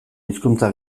hizkuntza